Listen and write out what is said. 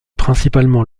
principalement